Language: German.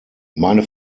meine